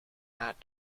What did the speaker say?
not